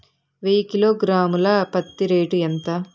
వెయ్యి కిలోగ్రాము ల పత్తి రేటు ఎంత?